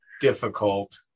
difficult